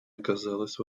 оказалось